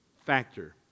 factor